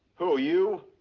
who? you?